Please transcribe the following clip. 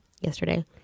yesterday